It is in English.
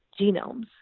genomes